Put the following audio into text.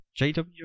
JW